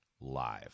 live